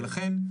ולכן,